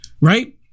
Right